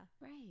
Right